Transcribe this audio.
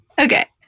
Okay